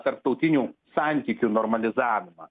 tarptautinių santykių normalizavimą